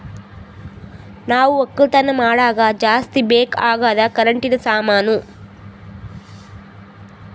ನಾವ್ ಒಕ್ಕಲತನ್ ಮಾಡಾಗ ಜಾಸ್ತಿ ಬೇಕ್ ಅಗಾದ್ ಕರೆಂಟಿನ ಸಾಮಾನು